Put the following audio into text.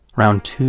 round two.